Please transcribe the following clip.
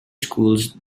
schools